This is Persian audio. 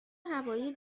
هوایی